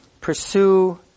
Pursue